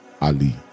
Ali